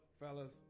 fellas